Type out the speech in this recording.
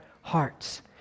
hearts